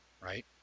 right